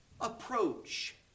approach